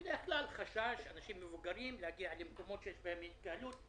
בגלל שזה מקומות שיש בהם התקהלות.